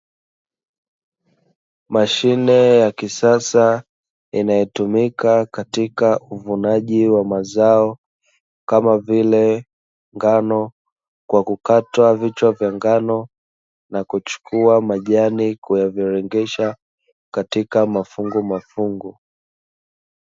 Mashine ya kisasa inayotumika katika uvunaji wa mazao kama vile ngano, kwa kukatwa vichwa vya ngano na kuchukua majani na kuyaviringisha katika mafungumafungu.